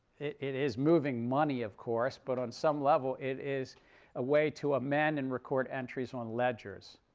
it is moving money, of course. but on some level it is a way to amend and record entries on ledgers.